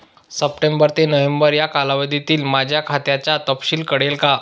September ते November या कालावधीतील माझ्या खात्याचा तपशील कळेल का?